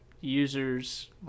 users